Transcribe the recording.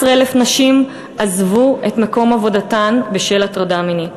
11,000 נשים עזבו את מקום עבודתן בשל הטרדה מינית.